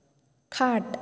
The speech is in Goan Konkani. खाट